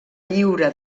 lliure